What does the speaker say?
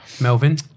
Melvin